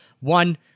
One